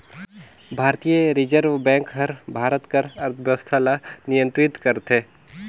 भारतीय reserve bank हर भारत कर अर्थबेवस्था ल नियंतरित करथे